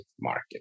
market